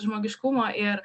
žmogiškumo ir